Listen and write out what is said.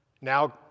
Now